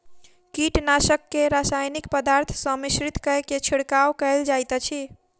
कीटनाशक के रासायनिक पदार्थ सॅ मिश्रित कय के छिड़काव कयल जाइत अछि